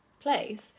place